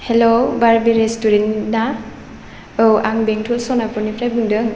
hello बारबि रेस्तुरेन्टना औ आं बेंतल सनाफुरनिफ्राय बुंदों